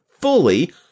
fully